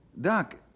Doc